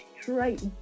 straight